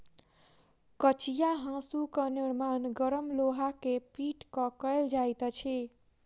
कचिया हाँसूक निर्माण गरम लोहा के पीट क कयल जाइत अछि